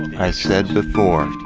i said before,